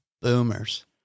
Boomers